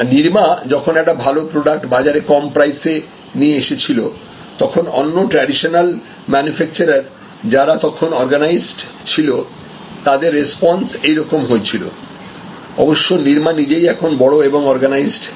নিরমা যখন একটা ভালো প্রোডাক্ট বাজারে কম প্রাইসে নিয়ে এসেছিল তখন অন্য ট্র্যাডিশনাল ম্যানুফ্যাকচারার যারা তখন অর্গানাইজড ছিল তাদের রেসপন্স এই রকম হয়েছিল অবশ্য নিরমা নিজেই এখন বড় এবং অর্গানাইজড প্লেয়ার